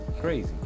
Crazy